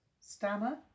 Stammer